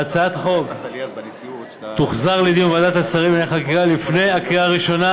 הצעת החוק תוחזר לדיון בוועדת השרים לענייני חקיקה לפני הקריאה הראשונה,